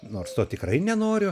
nors to tikrai nenoriu